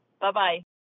Bye-bye